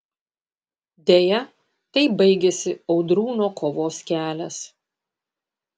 deja taip baigėsi audrūno kovos kelias